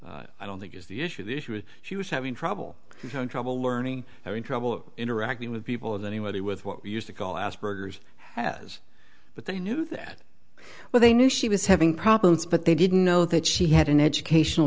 definition i don't think is the issue the issue is she was having trouble trouble learning having trouble interacting with people in any way with what we used to call asperger's has but they knew that well they knew she was having problems but they didn't know that she had an educational